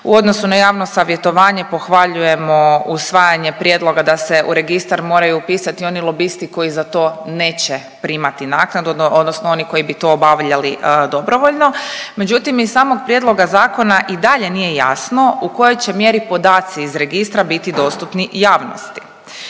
U odnosu na javno savjetovanje pohvaljujemo usvajanje prijedloga da se u registar moraju upisati oni lobisti koji za to neće primati naknadu, odnosno oni koji bi to obavljali dobrovoljno, međutim, iz samog prijedloga zakona i dalje nije jasno u kojoj će mjeri podaci iz registra biti dostupni javnosti.